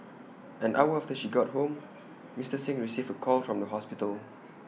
an hour after she got home Mister Singh received A call from the hospital